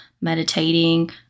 meditating